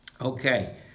Okay